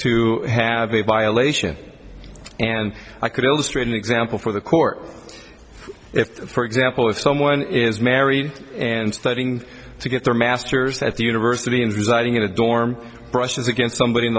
to have a violation and i could all straighten example for the court if for example if someone is married and studying to get their masters at the university and residing in a dorm brushes against somebody in